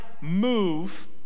move